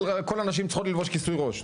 אבל כל הנשים צריכות ללבוש כיסוי ראש נניח.